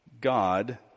God